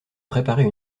préparer